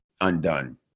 undone